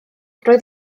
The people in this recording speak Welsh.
roedd